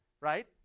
Right